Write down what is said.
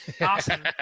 Awesome